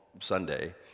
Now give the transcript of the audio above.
Sunday